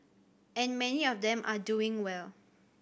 and many of them are doing well